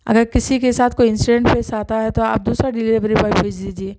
اگر کسی کے ساتھ کوئی انسیڈینٹ پیش آتا ہے تو آپ دوسرا ڈیلیوری بوائے بھیج دیجیے